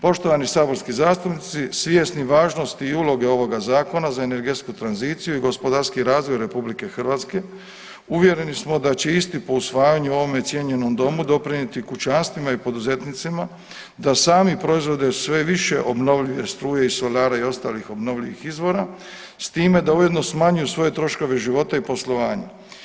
Poštovani saborski zastupnici, svjesni važnosti i uloge ovoga Zakona za energetsku tranziciju i gospodarski razvoj RH, uvjereni smo da će isti po usvajanju u ovome cijenjenom Domu doprinijeti kućanstvima i poduzetnicima, da sami proizvode sve više obnovljive struje i solara i ostalih obnovljivih izvora, s time da ujedno smanjuju svoje troškove života i poslovanje.